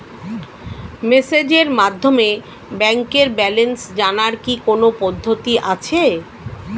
মেসেজের মাধ্যমে ব্যাংকের ব্যালেন্স জানার কি কোন পদ্ধতি আছে?